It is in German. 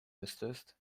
müsstest